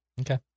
Okay